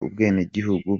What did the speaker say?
ubwenegihugu